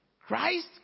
Christ